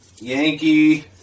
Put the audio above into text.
Yankee